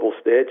stage